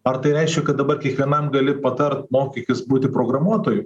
ar tai reiškia kad dabar kiekvienam gali patart mokykis būti programuotoju